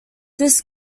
this